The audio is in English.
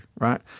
right